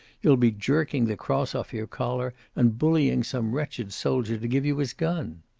you'll be jerking the cross off your collar and bullying some wretched soldier to give you his gun.